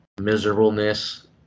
miserableness